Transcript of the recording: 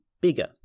bigger